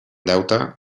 deute